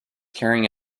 carrying